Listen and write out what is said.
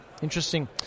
Interesting